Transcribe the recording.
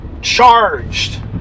charged